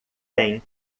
têm